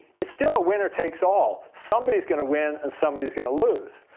it's still a winner takes all. somebody is going to win, and somebody is going to lose.